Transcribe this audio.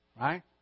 Right